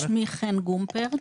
שמי שמי חן גומפרט,